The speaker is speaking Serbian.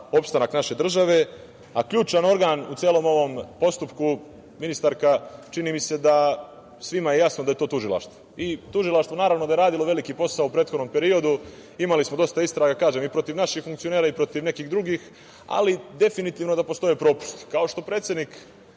opstanak naše države, a ključan organ u celom ovom postupku, ministarka, čini mi se, svima je jasno da je to tužilaštvo. Tužilaštvo, naravno da je uradilo veliki posao u prethodnom periodu. Imali smo dosta istraga i protiv naših funkcionera i protiv nekih drugih, ali definitivno da postoje propusti. Kao što predsednik